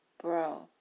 bro